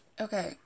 okay